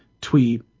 tweet